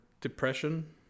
depression